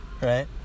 Right